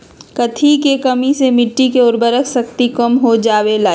कथी के कमी से मिट्टी के उर्वरक शक्ति कम हो जावेलाई?